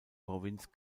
provinz